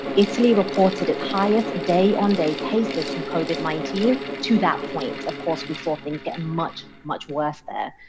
italy reported its highest day on day cases from covid nineteen to that point. of course, we thought things get much, much worse there.